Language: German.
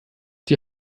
die